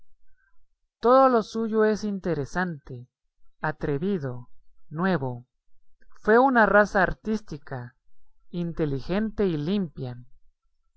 todo lo suyo es interesante atrevido nuevo fue una raza artística inteligente y limpia